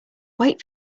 wait